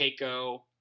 Keiko